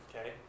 okay